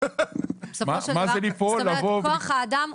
כמו רמב"ם,